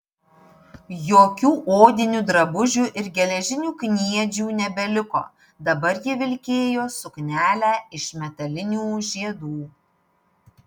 jokių odinių drabužių ir geležinių kniedžių nebeliko dabar ji vilkėjo suknelę iš metalinių žiedų